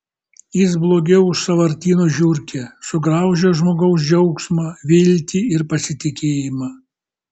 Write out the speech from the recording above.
jis blogiau už sąvartynų žiurkę sugraužia žmogaus džiaugsmą viltį ir pasitikėjimą